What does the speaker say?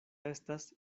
estas